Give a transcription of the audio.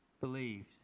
believed